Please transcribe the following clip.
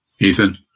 Ethan